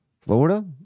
florida